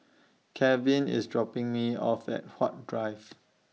Calvin IS dropping Me off At Huat Drives